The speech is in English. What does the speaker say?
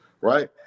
right